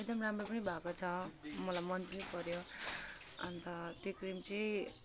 एकदम राम्रो पनि भएको छ मलाई मन पनि पर्यो अन्त त्यो क्रिम चाहिँ